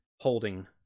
holding